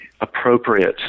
appropriate